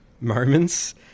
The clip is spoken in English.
moments